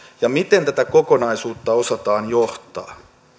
ja miten tätä kokonaisuutta osataan johtaa